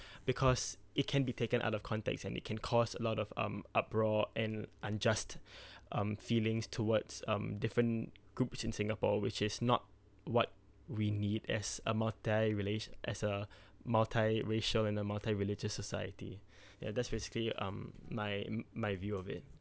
because it can be taken out of context and it can cause a lot of um uproar and unjust um feelings towards um different groups in singapore which is not what we need as a multi relig~ as a multi racial and a multi religious society ya that's basically um my my view of it